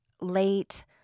late